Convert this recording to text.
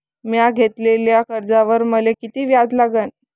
म्या घेतलेल्या कर्जावर मले किती व्याज लागन?